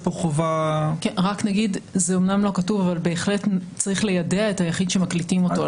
זה אומנם לא כתוב אבל בהחלט צריך ליידע את היחיד שמקליטים אותו,